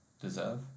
deserve